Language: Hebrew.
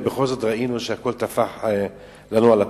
ובכל זאת ראינו שהכול טפח לנו על הפרצוף.